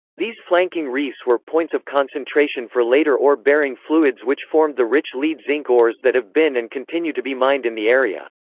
these flanking reefs were points of concentration for later ore-bearing fluids which formed the rich lead-zinc ores that have been and continue to be mined in the area.